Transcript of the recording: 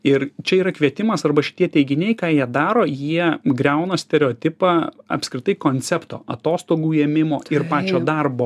ir čia yra kvietimas arba šitie teiginiai ką jie daro jie griauna stereotipą apskritai koncepto atostogų ėmimo ir pačio darbo